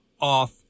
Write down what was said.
off